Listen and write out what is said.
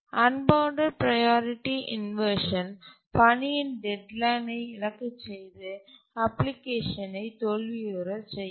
unbounded priority inversion பணியின் deadline ஐ இழக்கச் செய்து அப்ளிகேஷனை தோல்வியுற செய்யும்